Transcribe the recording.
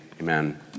amen